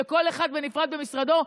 וכל אחד בנפרד במשרדו,